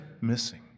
missing